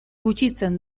gutxitzen